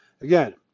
again